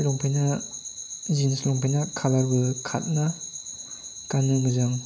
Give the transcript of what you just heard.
लंपेना जिन्स लंपेन्टा कालारबो खारना गाननो मोजां